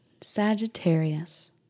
Sagittarius